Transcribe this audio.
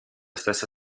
stessa